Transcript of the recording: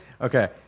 Okay